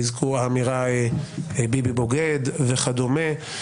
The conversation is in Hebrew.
האמירה "ביבי בוגד" וכדומה.